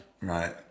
Right